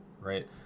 right